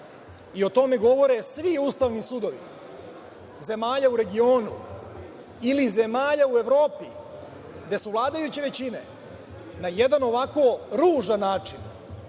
i o tome govore svi Ustavni sudovi zemalja u regionu, ili zemalja u Evropi, gde su vladajuće većine na jedan ovako ružan način